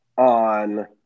on